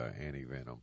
anti-venom